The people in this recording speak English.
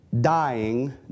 dying